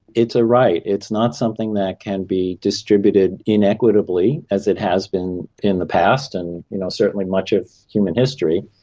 it's a right, it's not something that can be distributed inequitably, as it has been in the past, and you know certainly much of human history.